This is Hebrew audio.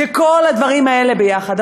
זה כל הדברים האלה ביחד.